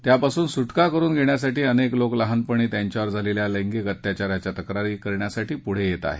त्यापासून सुटका करुन घेण्यासाठी अनेक लोक लहानपणी त्यांच्यावर झालेल्या लैंगिक अत्याचाराच्या तक्रारी करण्यासाठी पुढं येत आहेत